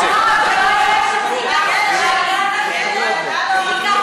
החוץ והביטחון קיימה דיון עם פרופ' דינה פורת,